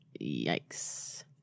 yikes